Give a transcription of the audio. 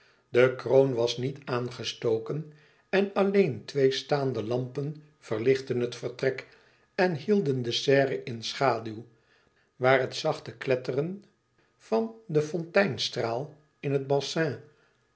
de kroon was niet aangestoken en alleen twee staande lampen verlichtten het vertrek en hielden de serre in schaduw waar het zachte kletteren van den fonteinstraal in het bassin